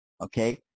okay